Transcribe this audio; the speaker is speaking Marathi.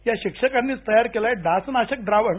या शिक्षकांनीच तयार केलं आहे डास नाशक द्रावण